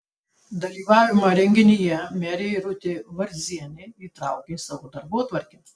dalyvavimą renginyje merė irutė varzienė įtraukė į savo darbotvarkę